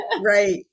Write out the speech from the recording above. Right